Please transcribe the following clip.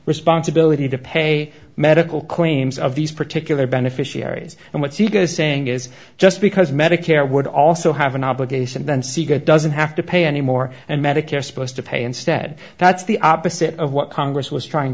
responsibility to pay medical claims of these particular beneficiaries and what's he saying is just because medicare would also have an obligation then siga doesn't have to pay anymore and medicare supposed to pay instead that's the opposite of what congress was trying